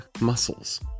muscles